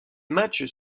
matchs